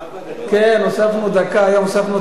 ואני מקווה מאוד שאתם תפעלו כאופוזיציה.